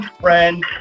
friend